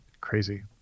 crazy